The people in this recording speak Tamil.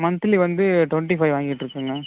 மன்த்லி வந்து டுவென்ட்டி ஃபைவ் வாங்கிட்டிருக்கேங்க